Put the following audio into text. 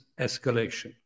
escalation